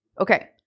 Okay